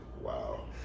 Wow